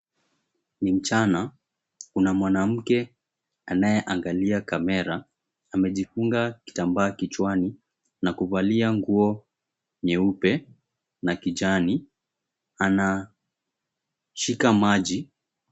Ni mchana. Kuna mwanamke anayeangalia kamera. Amejifunga kitambaa kichwani na kuvalia nguo nyeupe na kijani. Anashika maji.